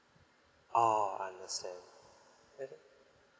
oh understand get it